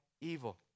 evil